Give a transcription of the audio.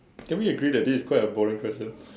can we agree that this is quite a boring question